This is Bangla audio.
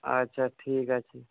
আচ্ছা ঠিক আছে